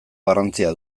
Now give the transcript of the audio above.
garrantzia